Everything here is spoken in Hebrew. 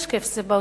יש כסף באוצר.